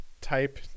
type